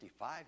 55